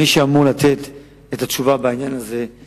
מי שאמור לתת את התשובה בעניין הזה זה